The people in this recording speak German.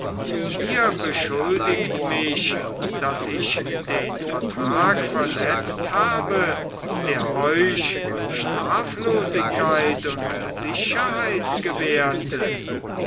ihr beschuldigt mich daß ich den vertrag verletzt habe der euch straflosigkeit und sicherheit gewährte